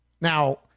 Now